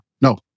No